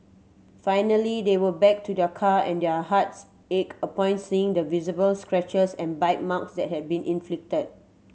finally they went back to their car and their hearts ached upon seeing the visible scratches and bite marks that had been inflicted